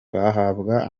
bahabwa